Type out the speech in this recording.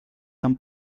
tan